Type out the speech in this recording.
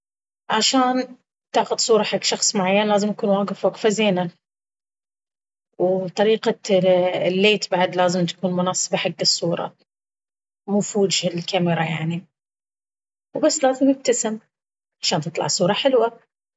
عشان تأخذ صورة حق شخص معين لازم يكون واقف وقفة زينة، وطريقة الليت بعد لازم تكون مناسبة حق الصورة... مو في وجه الكاميرا يعني وبس ولازم يبتسم عشان تطلع الصورة حلوة!